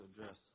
address